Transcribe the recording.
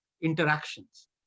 interactions